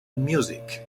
music